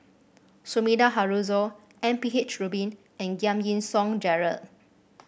Sumida Haruzo M P H Rubin and Giam Yean Song Gerald